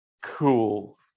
cool